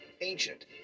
ancient